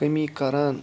کٔمی کَران